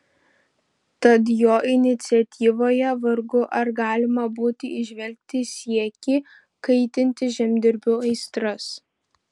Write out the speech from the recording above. tad jo iniciatyvoje vargu ar galima būtų įžvelgti siekį kaitinti žemdirbių aistras